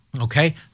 Okay